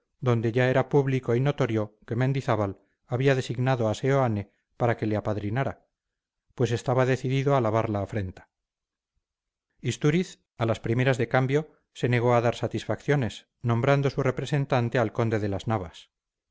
donde ya era público y notorio que mendizábal había designado a seoane para que le apadrinara pues estaba decidido a lavar la afrenta istúriz a las primeras de cambio se negó a dar satisfacciones nombrando su representante al conde de las navas